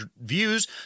views